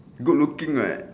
good looking [what]